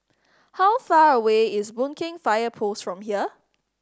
how far away is Boon Keng Fire Post from here